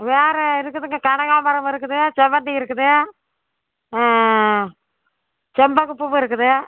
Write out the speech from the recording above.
வேறு இருக்குதுங்க கனாகாம்பரம் இருக்குதுங்க செவ்வந்தி இருக்குது ஆ செண்பகப்பூ இருக்குது